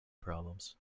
problems